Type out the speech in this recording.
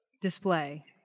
display